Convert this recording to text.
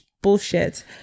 Bullshit